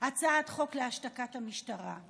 הצעת חוק להשתקת המשטרה,